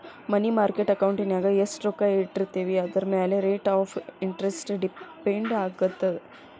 ಮನಿ market ಅಕೌಂಟಿನ್ಯಾಗ ಎಷ್ಟ್ ರೊಕ್ಕ ಇಟ್ಟಿರ್ತೇವಿ ಅದರಮ್ಯಾಲೆ ರೇಟ್ ಆಫ್ ಇಂಟರೆಸ್ಟ್ ಡಿಪೆಂಡ್ ಆಗತ್ತ